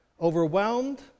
overwhelmed